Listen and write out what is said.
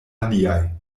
aliaj